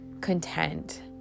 content